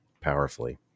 powerfully